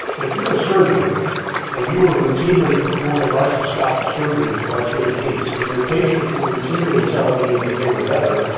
if you're a surgeon and you were routinely performing arthroscopic surgery for arthritic knees and your patients were routinely telling you that they were better,